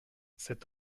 cet